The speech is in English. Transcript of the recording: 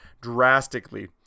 drastically